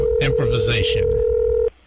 Improvisation